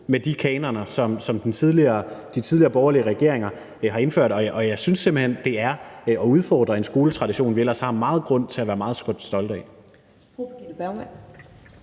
med de kanoner, som de tidligere borgerlige regeringer har indført, og jeg synes simpelt hen, det er at udfordre en skoletradition, vi ellers har meget grund til at være meget stolte af.